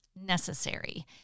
necessary